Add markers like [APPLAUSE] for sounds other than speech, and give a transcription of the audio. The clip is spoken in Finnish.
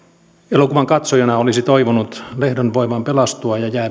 elokuvan katsojana olisi toivonut lehdon voivan pelastua ja [UNINTELLIGIBLE]